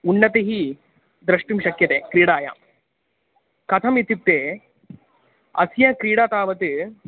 उन्नतिः द्रष्टुं शक्यते क्रीडायां कथमित्युक्ते अस्य क्रीडा तावत्